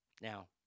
Now